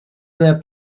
their